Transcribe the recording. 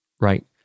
right